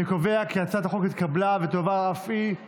אני קובע כי ההצעה התקבלה, ותועבר להמשך דיון